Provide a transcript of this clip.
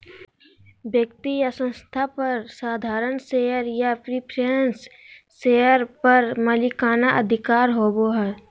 व्यक्ति या संस्था पर साधारण शेयर या प्रिफरेंस शेयर पर मालिकाना अधिकार होबो हइ